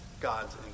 God's